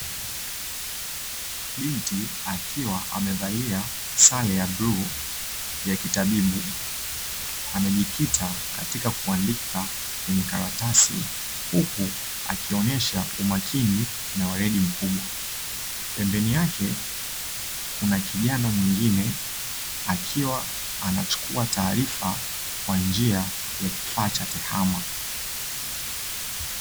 binti akiwa amevalia sare ya bluu ya kitabibu amejikita katika kuandika karatasi huku akionyesha umakini na weledi mkubwa, pembeni yake kuna kijana mwingine akiwa anachukua taarifaa kwa njia ya kifaa cha tehama .